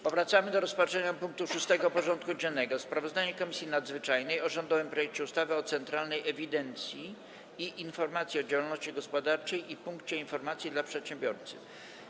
Powracamy do rozpatrzenia punktu 6. porządku dziennego: Sprawozdanie Komisji Nadzwyczajnej o rządowym projekcie ustawy o Centralnej Ewidencji i Informacji o Działalności Gospodarczej i Punkcie Informacji dla Przedsiębiorcy.